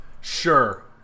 Sure